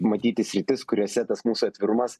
matyti sritis kuriose tas mūsų atvirumas